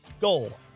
goal